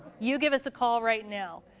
you give us a call right now.